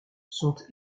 sont